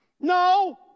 No